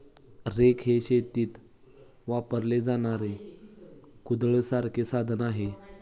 rake हे शेतीत वापरले जाणारे कुदळासारखे साधन आहे